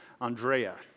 Andrea